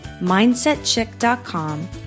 mindsetchick.com